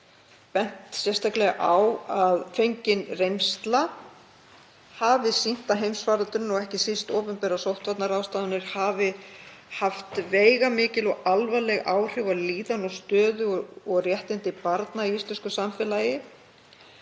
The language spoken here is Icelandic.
hefur sérstaklega bent á að fengin reynsla hafi sýnt að heimsfaraldurinn, og ekki síst opinberar sóttvarnaráðstafanir, hafi haft veigamikil og alvarleg áhrif á líðan, stöðu og réttindi barna í íslensku samfélagi.